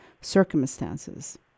circumstances